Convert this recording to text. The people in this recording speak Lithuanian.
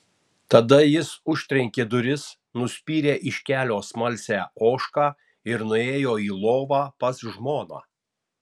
tada jis užtrenkė duris nuspyrė iš kelio smalsią ožką ir nuėjo į lovą pas žmoną